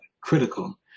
critical